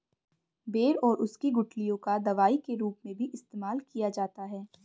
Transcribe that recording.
बेर और उसकी गुठलियों का दवाई के रूप में भी इस्तेमाल किया जाता है